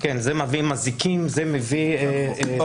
זה מביא מזיקים, זה מביא חולדות וכו'.